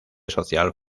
social